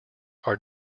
are